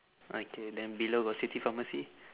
okay then below got city pharmacy